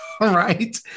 Right